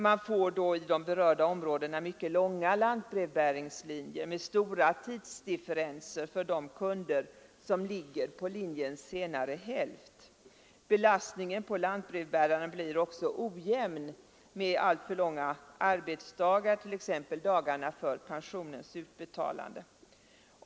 Man får då i de berörda områdena mycket långa lantbrevbäringslinjer med stora tidsdifferenser för de kunder som ligger på linjens senare hälft. Belastningen på lantbrevbäraren blir också ojämn med alltför långa arbetsdagar, t.ex. dagarna för pensionens utbetalande.